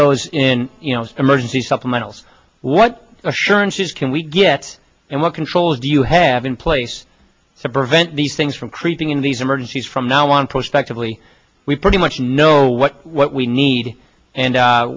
those in you know emergency supplementals what assurances can we get and what controls do you have in place to prevent these things from creeping in these emergencies from now on post actively we pretty much know what we need and